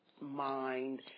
mind